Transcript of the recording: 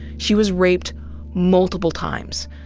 she was raped multiple times,